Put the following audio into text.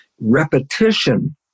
Repetition